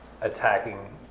attacking